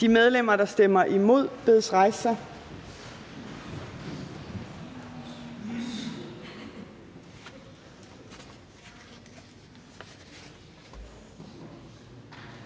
De medlemmer, der stemmer imod, bedes rejse sig.